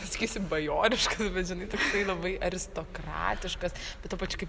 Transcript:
pasakysiu bajoriškas bet žinai tai labai aristokratiškas ir tuo pačiu kaip